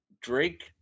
Drake